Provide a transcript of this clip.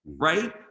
right